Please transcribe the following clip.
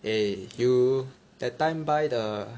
eh you that time buy the